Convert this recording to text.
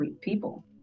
people